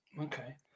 Okay